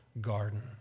garden